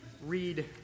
read